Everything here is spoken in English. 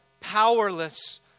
powerless